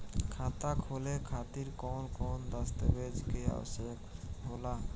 खाता खोले खातिर कौन कौन दस्तावेज के आवश्यक होला?